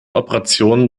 operationen